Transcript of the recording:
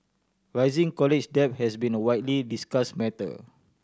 rising college debt has been a widely discuss matter